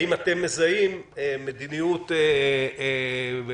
האם אתם מזהים מדיניות בדיקות